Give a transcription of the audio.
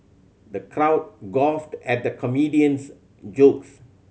the crowd guffawed at the comedian's jokes